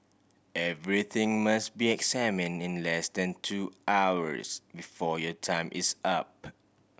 everything must be examine in less than two hours before your time is up